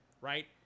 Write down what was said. right